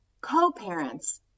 co-parents